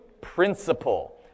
principle